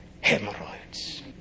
hemorrhoids